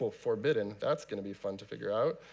forbidden. that's going to be fun to figure out.